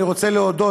אני רוצה להודות,